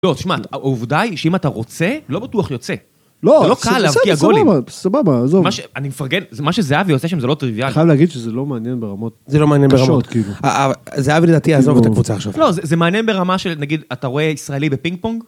לא, תשמע, העובדה היא שאם אתה רוצה, לא בטוח יוצא. לא, זה לא קל להבקיע גולים, זה בסדר, זה בסדר, סבבה, עזוב. אני מפרגן, מה שזהבי עושה שם זה לא טריוויאלי. חייב להגיד שזה לא מעניין ברמות קשות, כאילו. זהבי לדעתי יעזוב את הקבוצה עכשיו. לא, זה מעניין ברמה של, נגיד, אתה רואה ישראלי בפינג פונג.